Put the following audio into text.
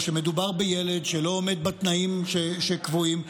או שמדובר בילד שלא עומד בתנאים שקבועים,